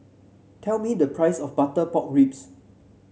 tell me the price of Butter Pork Ribs